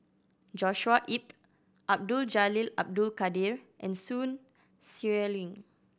Joshua Ip Abdul Jalil Abdul Kadir and Sun Xueling